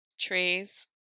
trees